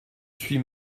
suis